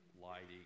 lighting